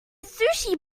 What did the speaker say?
sushi